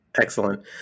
Excellent